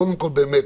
קודם כל,